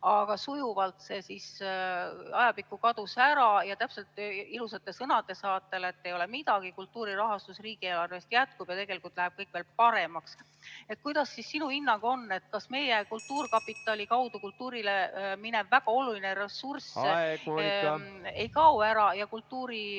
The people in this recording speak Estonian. aga sujuvalt see ajapikku kadus ära. Ja täpselt ilusate sõnade saatel, et ei ole midagi, kultuuri rahastus riigieelarvest jätkub ja tegelikult läheb kõik veel paremaks. Kuidas sinu hinnang on, kas meie kultuurkapitali kaudu kultuurile minev väga oluline ressurss ... Aeg, Moonika! ...